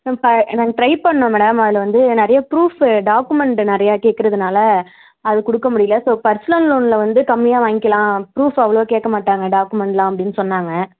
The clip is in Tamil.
மேம் பா நாங்க ட்ரை பண்ணிணோம் மேடம் அதில் வந்து நிறைய ப்ரூஃபு டாக்குமென்ட்டு நிறையா கேட்கறதுனால அது கொடுக்க முடியல ஸோ பர்ஸ்னல் லோனில் வந்து கம்மியாக வாய்ங்க்கிலாம் ப்ரூஃப் அவ்வளோ கேட்க மாட்டாங்க டாக்குமென்ட்டெலாம் அப்டின்னு சொன்னாங்க